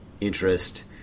interest